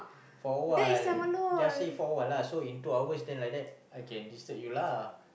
for a while just say for a while lah so in two hours then like that I can disturb you lah